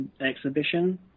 exhibition